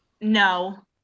No